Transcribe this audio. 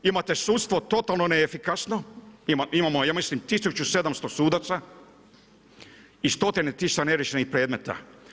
Imate sudstvo totalno neefikasno, imamo ja mislim 1700 sudaca i stotine tisuća neriješenih predmeta.